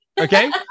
Okay